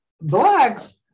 blacks